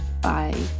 Bye